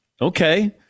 Okay